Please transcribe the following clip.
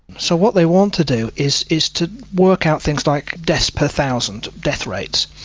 so what they want to do is is to work out things like deaths per thousand, death rates,